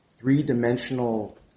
three-dimensional